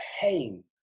pain